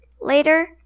later